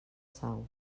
sau